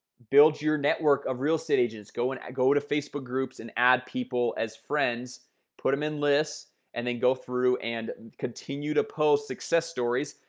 build your network of real estate agents go and go to facebook groups and add people as friends put them in lists and then go through and and continue to post success stories.